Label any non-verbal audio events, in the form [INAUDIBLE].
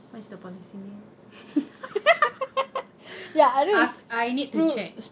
what is the policy name [LAUGHS] I I need to check